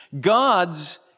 God's